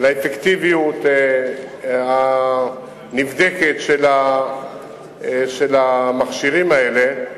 לאפקטיביות הנבדקת של המכשירים האלה.